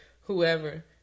whoever